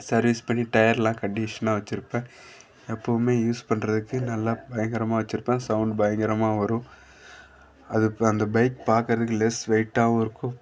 service பண்ணி டயர்லாம் கண்டிஷ்னாக வச்சிருப்பேன் எப்போவுமே யூஸ் பண்ணுறதுக்கு நல்லா பயங்கரமாக வச்சிருப்பேன் சவுண்ட் பயங்கரமாக வரும் அது அந்த பைக் பார்க்கறதுக்கு லெஸ் வெயிட்டாகவும் இருக்கும்